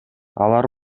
алар